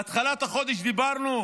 בתחילת החודש דיברנו,